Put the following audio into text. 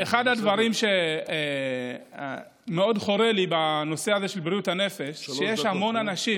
דבר שמאוד חורה לי בנושא הזה של בריאות הנפש הוא שיש המון אנשים